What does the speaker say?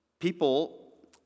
People